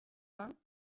vingts